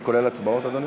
הצבעות, אדוני?